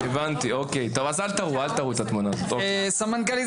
בבקשה, סמנכ"לית